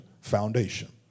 foundation